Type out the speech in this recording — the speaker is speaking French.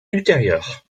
ultérieure